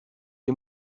est